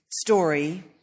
story